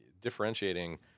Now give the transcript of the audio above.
differentiating